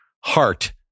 heart